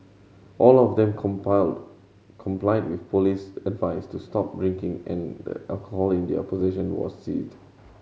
all of them complied with police advice to stop drinking and the alcohol in their possession was seized